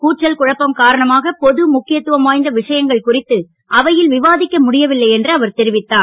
கூச்சல் குழப்பம் காரணமாக பொது முக்கியத்துவம் வாய்ந்த விஷயங்கள் குறித்து அவையில் விவாதிக்க முடியவில்லை என்று அவர் தெரிவித்தார்